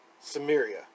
Samaria